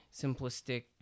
simplistic